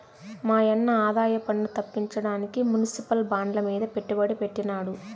మాయన్న ఆదాయపన్ను తప్పించడానికి మునిసిపల్ బాండ్లమీద పెట్టుబడి పెట్టినాడు